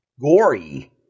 gory